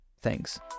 Thanks